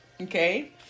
okay